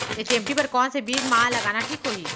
HMT बर कौन से बीज मा लगाना ठीक होही?